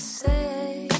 say